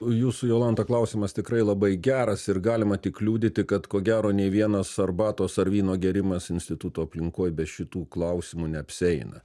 jūsų jolanta klausimas tikrai labai geras ir galima tik liudyti kad ko gero nei vienas arbatos ar vyno gėrimas instituto aplinkoj be šitų klausimų neapsieina